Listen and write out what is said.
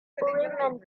urim